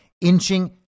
inching